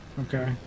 Okay